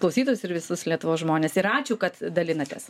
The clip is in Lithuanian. klausytojus ir visus lietuvos žmones ir ačiū kad dalinatės